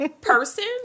person